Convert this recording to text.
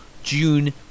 June